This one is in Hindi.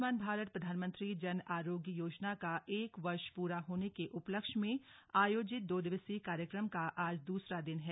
आयुष्मान भारत प्रधानमंत्री जन आरोग्य योजना का एक वर्ष पूरा होने के उपलक्ष्य में आयोजित दो दिवसीय कार्यक्रम का आज दूसरा दिन है